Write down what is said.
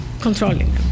controlling